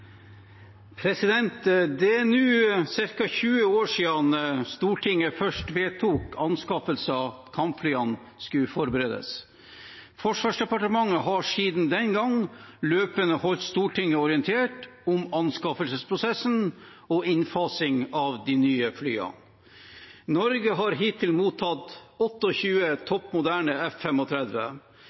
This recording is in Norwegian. Det er nå ca. 20 år siden Stortinget først vedtok at anskaffelse av kampflyene skulle forberedes. Forsvarsdepartementet har siden den gang løpende holdt Stortinget orientert om anskaffelsesprosessen og innfasing av de nye flyene. Norge har hittil mottatt 28 topp moderne